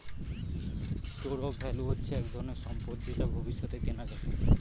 store of value হচ্ছে এক ধরনের সম্পত্তি যেটা ভবিষ্যতে কেনা যায়